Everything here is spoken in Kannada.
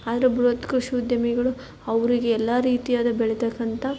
ಆದರೆ ಬೃಹತ್ ಕೃಷಿ ಉದ್ಯಮಿಗಳು ಅವರಿಗೆ ಎಲ್ಲ ರೀತಿಯಾದ ಬೆಳೀತಕ್ಕಂಥ